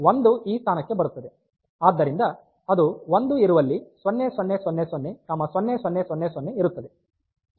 ಆದ್ದರಿಂದ ಅದು 1 ಇರುವಲ್ಲಿ 0000 0000 ಇರುತ್ತದೆ